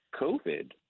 COVID